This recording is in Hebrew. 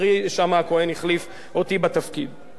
הדבר הראשון שעשינו הוא הארכת,